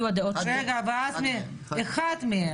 רגע, ואז אחד מהם.